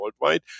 worldwide